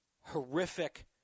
horrific